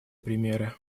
примеры